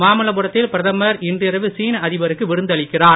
மாமல்லபுரத்தில் பிரதமர் இன்றிரவு சீன அதிபருக்கு விருந்தளிக்கிறார்